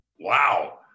wow